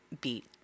beat